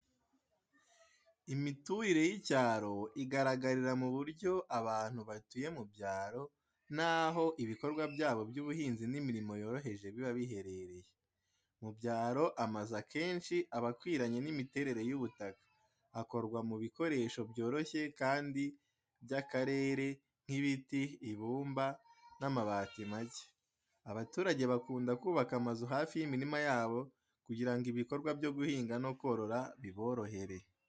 Imiturire y’icyaro igaragarira mu buryo abantu batuye mu byaro n’aho ibikorwa byabo by’ubuhinzi n’imirimo yoroheje biba bihereye. Mu byaro, amazu akenshi aba akwiranye n’imiterere y’ubutaka, akorwa mu bikoresho byoroshye kandi by’akarere, nk’ibiti, ibumba, n’amabati make. Abaturage bakunda kubaka amazu hafi y’imirima yabo kugira ngo ibikorwa byo guhinga no korora biborohere.